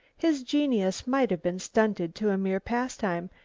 his genius might have been stunted to a mere pastime,